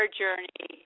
journey